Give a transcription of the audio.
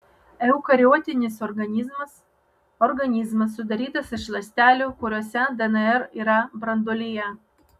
eukariotinis organizmas organizmas sudarytas iš ląstelių kuriose dnr yra branduolyje